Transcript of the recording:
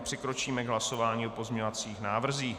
Přikročíme k hlasování o pozměňovacích návrzích.